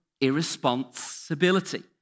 irresponsibility